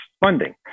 funding